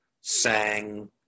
sang